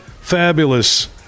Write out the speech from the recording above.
fabulous